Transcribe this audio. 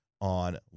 on